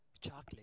Chocolate